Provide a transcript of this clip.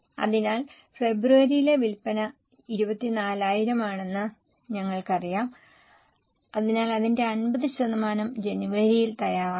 അതിനാൽ ഫെബ്രുവരിയിലെ വിൽപ്പന 24000 ആണെന്ന് ഞങ്ങൾക്കറിയാം അതിനാൽ അതിന്റെ 50 ശതമാനം ജനുവരിയിൽ തയ്യാറാകണം